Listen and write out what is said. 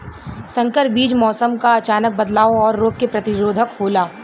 संकर बीज मौसम क अचानक बदलाव और रोग के प्रतिरोधक होला